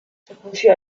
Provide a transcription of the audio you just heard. სოფელში